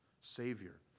Savior